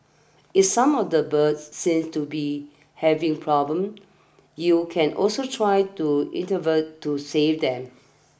if some of the birds seem to be having problems you can also try to intervene to save them